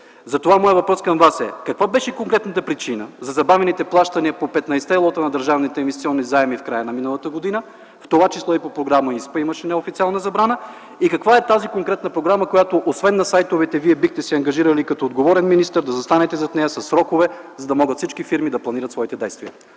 Затова моят въпрос към Вас е: каква беше конкретната причина за забавените плащания по 15-те лота на държавните инвестиционни заеми в края на миналата година, в това число и по Програма ИСПА имаше неофициална забрана? Каква е тази конкретна програма, която освен на сайтовете Вие бихте се ангажирали, като отговорен министър, да застанете зад нея със срокове, за да могат всички фирми да планират своите действия?